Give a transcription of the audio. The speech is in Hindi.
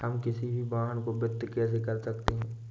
हम किसी भी वाहन को वित्त कैसे कर सकते हैं?